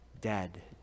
Dead